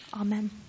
amen